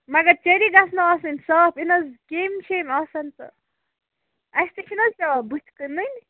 مگر چیٚری گَژھنو آسٕنۍ صاف یِنہٕ حظ کٮیٚمۍ شٮیٚمۍ آسن تہٕ اَسہِ تہِ چھِ نہٕ حظ آ بُتھِ کٕنٕنۍ